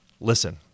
Listen